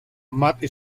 matt